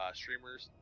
streamers